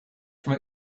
from